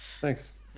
Thanks